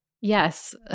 Yes